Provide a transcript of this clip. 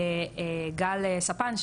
גל ספן,